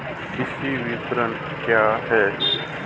कृषि विपणन क्या है?